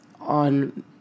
on